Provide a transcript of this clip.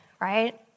right